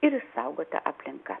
ir išsaugota aplinka